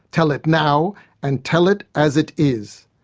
tell it now and tell it as it is.